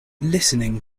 listening